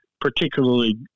particularly